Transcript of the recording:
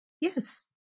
Yes